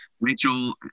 Rachel